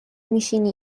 میشینی